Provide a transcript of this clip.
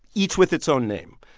each with its own name.